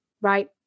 right